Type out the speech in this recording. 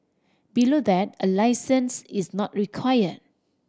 below that a licence is not require